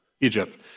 Egypt